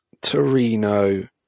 Torino